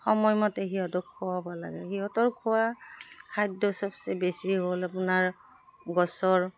সময়মতে সিহঁতক খোৱাব লাগে সিহঁতৰ খোৱা খাদ্য চবচে বেছি হ'ল আপোনাৰ গছৰ